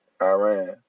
Iran